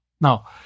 Now